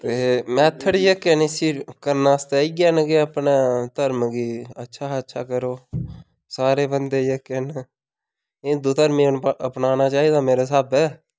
ते मैथड इ'यै गै इसी करने आस्तै इ'यै न कि अपना धर्म गी अच्छा अच्छा करो सारे बंदे जेह्के न हिंदु धर्म अपनाना चाहिदा मेरे स्हाबै